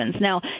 Now